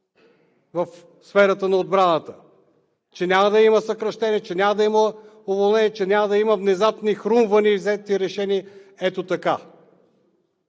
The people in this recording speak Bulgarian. в сферата на отбраната, че няма да има съкращения, че няма да има уволнения, че няма да има внезапни хрумвания и взети решения ето така.